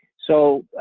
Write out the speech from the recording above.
so,